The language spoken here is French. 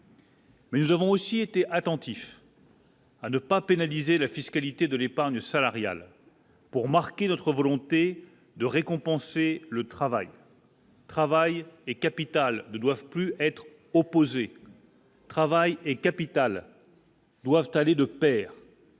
Mais nous avons aussi été attentif. à ne pas pénaliser la fiscalité de l'épargne salariale pour marquer notre volonté de récompenser le travail, le travail et capital doivent plus être opposé, travail et capital. Doivent aller de Pair.